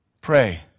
Pray